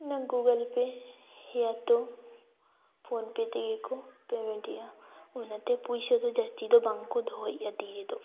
ᱚᱱᱟ ᱜᱩᱜᱟᱞ ᱯᱮ ᱦᱮᱭᱟ ᱛᱚ ᱯᱷᱳᱱ ᱯᱮ ᱛᱮᱜᱮ ᱠᱚ ᱯᱮᱢᱮᱱᱴᱼᱟ ᱚᱱᱟᱛᱮ ᱯᱩᱭᱥᱟᱹ ᱫᱚ ᱡᱟᱹᱥᱛᱤ ᱫᱚ ᱵᱟᱝ ᱠᱚ ᱫᱚᱦᱚᱭᱮᱜᱼᱟ ᱫᱤ ᱨᱮᱫᱚ